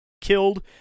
killed